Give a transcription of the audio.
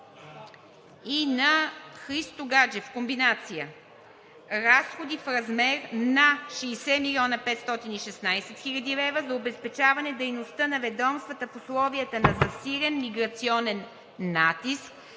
и Христо Гаджев: „Разходи в размер на 60 млн. 516 хил. лв. за обезпечаване дейността на ведомствата в условията на засилен миграционен натиск,